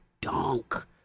dunk